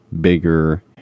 bigger